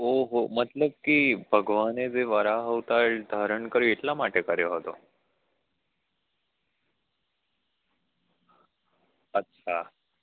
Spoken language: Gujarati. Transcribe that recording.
ઓહો મતલબ કે ભગવાને બી વરાહ અવતાર ધારણ કર્યો એટલા માટે કર્યો હતો અચ્છા